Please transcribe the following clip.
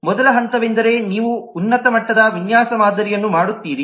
ಮೊದಲ ಹಂತವೆಂದರೆ ನೀವು ಉನ್ನತ ಮಟ್ಟದ ವಿನ್ಯಾಸ ಮಾದರಿಯನ್ನು ಮಾಡುತ್ತೀರಿ